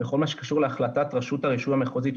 בכל מה שקשור להחלטת רשות הרישוי המחוזית,